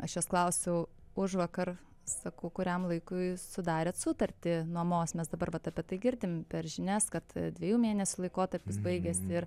aš jos klausiau užvakar sakau kuriam laikui sudarėt sutartį nuomos mes dabar vat apie tai girdim per žinias kad dviejų mėnesių laikotarpis baigiasi ir